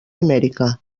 amèrica